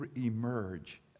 emerge